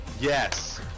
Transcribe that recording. Yes